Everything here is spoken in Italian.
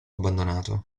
abbandonato